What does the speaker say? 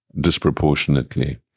disproportionately